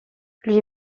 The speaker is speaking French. lui